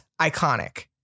iconic